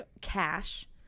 cash